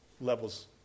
levels